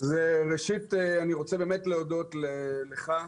ראשית אני רוצה להודות לך,